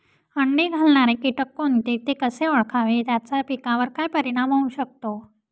अंडी घालणारे किटक कोणते, ते कसे ओळखावे त्याचा पिकावर काय परिणाम होऊ शकतो?